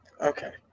okay